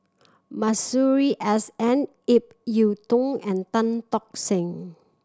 Masuri S N Ip Yiu Tung and Tan Tock Seng